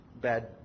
bad